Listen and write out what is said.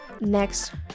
next